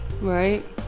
Right